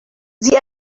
sie